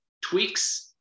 tweaks